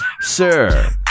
Sir